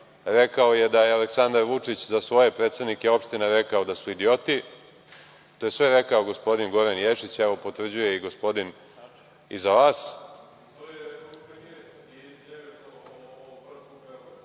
Rekao je da je Aleksandar Vučić za svoje predsednike opština rekao da su idioti. To je sve rekao gospodin Goran Ješić, evo potvrđuje i gospodin iza vas.(Goran Đirić, s mesta: To je rekao